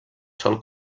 sol